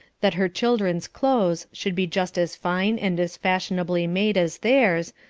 that her children's clothes should be just as fine and as fashionably made as theirs,